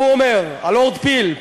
והוא אומר ללורד פיל: